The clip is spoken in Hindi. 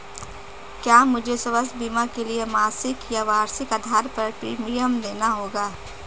क्या मुझे स्वास्थ्य बीमा के लिए मासिक या वार्षिक आधार पर प्रीमियम देना होगा?